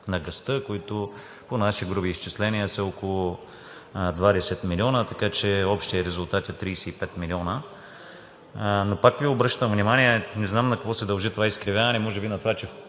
на газта, които, по наши груби изчисления, са около 20 милиона, така че общият резултат е 35 милиона. Пак Ви обръщам внимание, не знам на какво се дължи това изкривяване, може би това, че